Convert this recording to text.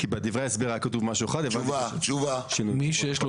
בדברי ההסבר נכתב משהו אחד והבנתי --- מי שיש לו